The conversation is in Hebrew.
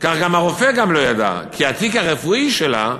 וגם הרופא גם לא ידע, כי התיק הרפואי שלה,